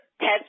test